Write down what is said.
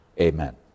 Amen